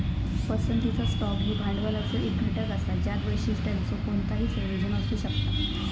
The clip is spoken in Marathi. पसंतीचा स्टॉक ह्यो भांडवलाचो एक घटक असा ज्यात वैशिष्ट्यांचो कोणताही संयोजन असू शकता